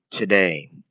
today